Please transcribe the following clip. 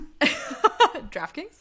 DraftKings